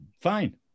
fine